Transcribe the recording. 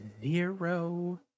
zero